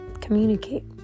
communicate